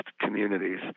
communities